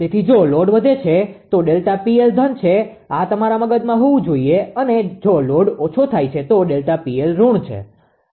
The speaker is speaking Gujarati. તેથી જો લોડ વધે છે તો ΔPL ધન છે આ તમારા મગજમાં હોવું જોઈએ અને જો લોડ ઓછો થાય છે તો ΔPL ઋણ છે